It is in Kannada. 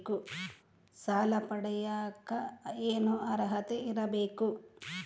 ಸಾಲ ಪಡಿಯಕ ಏನು ಅರ್ಹತೆ ಇರಬೇಕು?